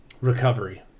recovery